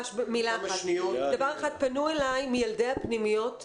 פנו אלי מילדי הפנימיות,